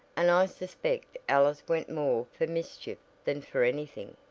and i suspect alice went more for mischief than for anything.